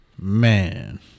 Man